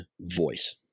voice